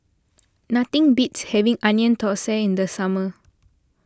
nothing beats having Onion Thosai in the summer